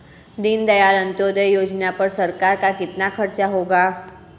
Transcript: दीनदयाल अंत्योदय योजना पर सरकार का कितना खर्चा लगा है?